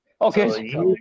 Okay